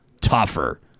tougher